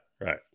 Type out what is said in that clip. right